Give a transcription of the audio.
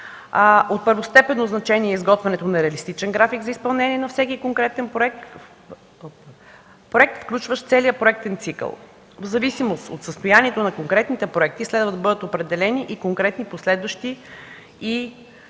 От първостепенно значение е изготвянето на реалистичен график за изпълнение на всеки конкретен проект, включващ целия проектен цикъл. В зависимост от състоянието на конкретните проекти следва да бъдат определени конкретните последващи и